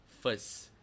First